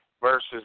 versus